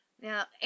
Now